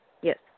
Yes